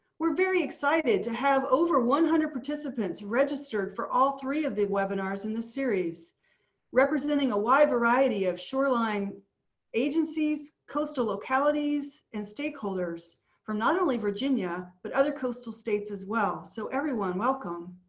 we're very excited to have over one hundred participants registered for all three of the webinars in the series representing a wide variety of shoreline agencies coastal localities and stakeholders from not only virginia but other coastal states as well. so, everyone. welcome.